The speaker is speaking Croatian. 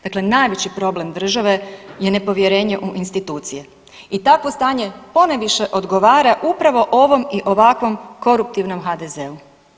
Dakle, najveći problem države je nepovjerenje u institucije i takvo stanje ponajviše odgovara upravo ovom i ovakvom koruptivnom HDZ-u.